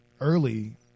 early